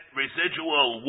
residual